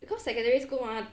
because secondary school mah